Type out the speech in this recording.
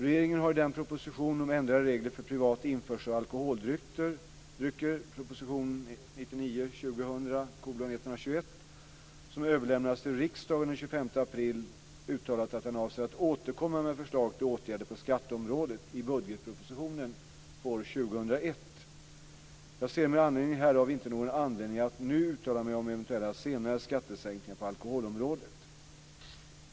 Regeringen har i den proposition om ändrade regler för privat införsel av alkoholdrycker m.m., proposition 1999/2000:121, som överlämnades till riksdagen den 25 april uttalat att den avser att återkomma med förslag till åtgärder på skatteområdet i budgetpropositionen för år 2001. Jag ser med anledning härav inte någon anledning att nu uttala mig om eventuella senare skattesänkningar på alkoholområdet.